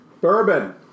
Bourbon